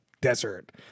desert